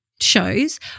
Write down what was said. shows